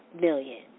million